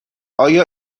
آیا